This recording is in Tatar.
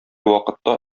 вакытта